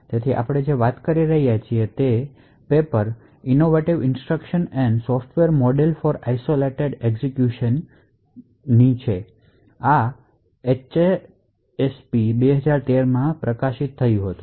તેથી આપણે જે વાત કરી રહ્યા છીએ તે આ paper innovative instructions and software model for isolated execution "Innovative Instructions and Software Model for Isolated Execution" માં હાજર છે આ HASP 2013 માં પ્રકાશિત થયું હતું